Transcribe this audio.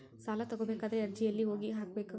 ಸಾಲ ತಗೋಬೇಕಾದ್ರೆ ಅರ್ಜಿ ಎಲ್ಲಿ ಹೋಗಿ ಹಾಕಬೇಕು?